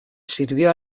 sirvió